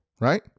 right